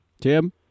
Tim